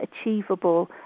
achievable